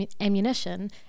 ammunition